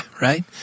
right